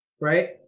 right